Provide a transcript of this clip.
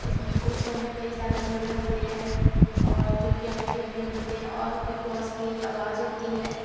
उस उस शो में कई सारे झगड़े होते हैं और जो कि हमें देखने मिलते है और बिगबॉस की एक अवाज होती है